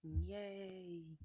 Yay